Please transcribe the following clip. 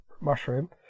mushroom